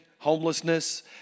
Homelessness